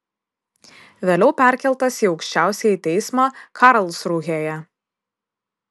vėliau perkeltas į aukščiausiąjį teismą karlsrūhėje